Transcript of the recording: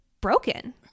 broken